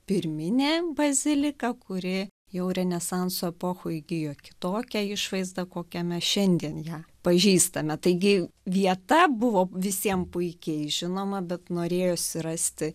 pirminė bazilika kuri jau renesanso epochoj įgijo kitokią išvaizdą kokią mes šiandien ją pažįstame taigi vieta buvo visiem puikiai žinoma bet norėjosi rasti